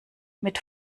mit